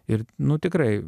ir nu tikrai